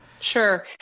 Sure